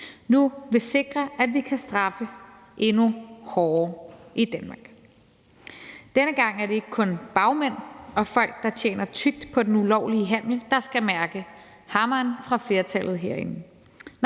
nu vil sikre, at vi kan straffe endnu hårdere i Danmark. Denne gang er det ikke kun bagmænd og folk, der tjener tykt på den ulovlige handel, der skal mærke hammeren fra flertallet herinde.